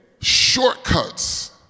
shortcuts